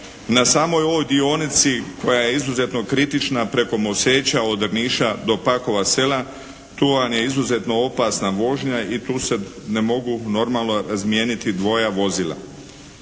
na samoj ovoj dionici koja je izuzetno kritična preko Moseča od Drniša do Pakova sela, tu vam je izuzetno opasna vožnja i tu se ne mogu normalno razmijeniti dvoja vozila.